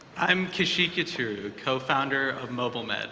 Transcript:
i'm kaushik yeturu, cofounder of mobile-med,